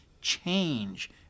change